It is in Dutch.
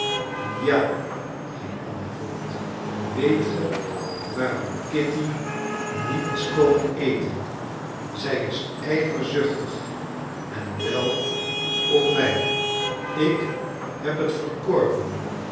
ja ging anna voort weet ge waarom kitty niet is komen eten zij is ijverzuchtig en wel op mij ik heb het verkorven